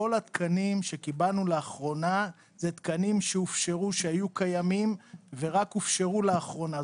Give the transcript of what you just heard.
כל התקנים שקיבלנו לאחרונה זה תקנים שהיו קיימים ורק הופשרו לאחרונה,